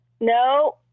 No